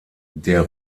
der